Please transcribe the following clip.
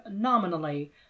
nominally